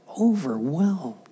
overwhelmed